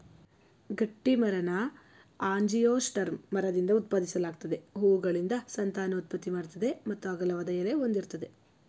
ಗಟ್ಟಿಮರನ angiosperm ಮರದಿಂದ ಉತ್ಪಾದಿಸಲಾಗ್ತದೆ ಹೂವುಗಳಿಂದ ಸಂತಾನೋತ್ಪತ್ತಿ ಮಾಡ್ತದೆ ಮತ್ತು ಅಗಲವಾದ ಎಲೆ ಹೊಂದಿರ್ತದೆ